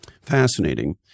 Fascinating